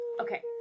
Okay